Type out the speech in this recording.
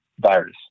virus